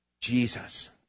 Jesus